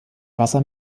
wasser